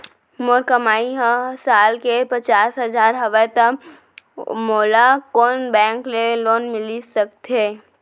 मोर कमाई ह साल के पचास हजार हवय त मोला कोन बैंक के लोन मिलिस सकथे?